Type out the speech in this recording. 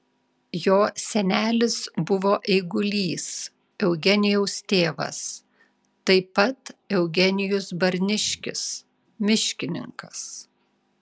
jo senelis buvo eigulys eugenijaus tėvas taip pat eugenijus barniškis miškininkas